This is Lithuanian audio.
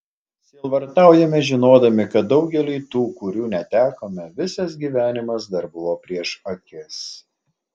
sielvartaujame žinodami kad daugeliui tų kurių netekome visas gyvenimas dar buvo prieš akis